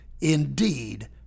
Indeed